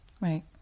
Right